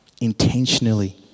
intentionally